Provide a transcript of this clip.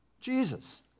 Jesus